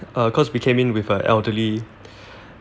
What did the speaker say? uh cause we came in with a elderly